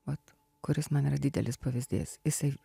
vat kuris man yra didelis pavyzdys jisai